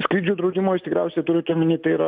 skrydžių draudimo jūs tikriausiai turit omeny tai yra